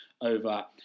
over